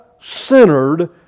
centered